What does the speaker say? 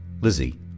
Lizzie